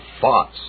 thoughts